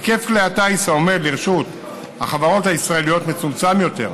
היקף כלי הטיס העומד לרשות החברות הישראליות מצומצם יותר,